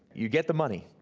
you get the money,